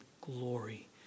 glory